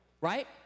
right